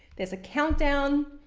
there is a count down